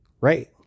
Right